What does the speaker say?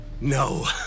No